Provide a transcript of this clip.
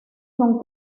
son